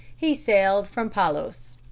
he sailed from palos.